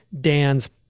Dan's